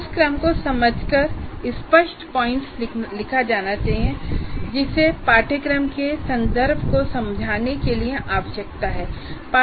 उस क्रम को समझ कर स्पष्ट पॉइंट्स लिखा जाना चाहिए जिसे पाठ्यक्रम के संदर्भ को समझाने के लिए आवश्यकता है